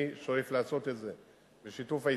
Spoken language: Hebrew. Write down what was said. אני שואף לעשות את זה בשיתוף ההסתדרות,